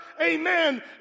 Amen